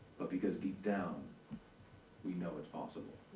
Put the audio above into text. but because deep down we know it's possible.